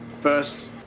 First